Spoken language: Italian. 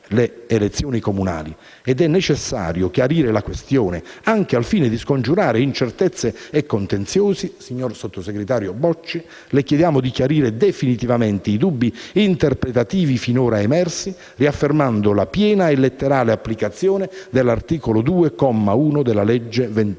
le elezioni comunali ed è necessario chiarire la questione, anche al fine di scongiurare incertezze e contenziosi, signor sottosegretario Bocci, le chiediamo di chiarire definitivamente i dubbi interpretativi finora emersi, riaffermando la piena e letterale applicazione dell'articolo 2, comma 1, della legge 23